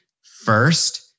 first